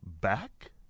back